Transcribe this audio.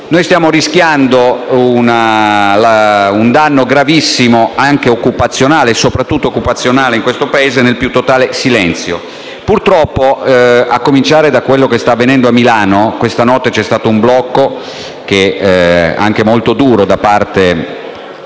quindi rischiando un danno gravissimo, e soprattutto occupazionale in questo Paese, nel più totale silenzio. Purtroppo a cominciare da quello che sta avvenendo a Milano, dove stanotte c'è stato un blocco molto duro da parte